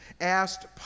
asked